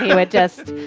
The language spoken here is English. and wet dust.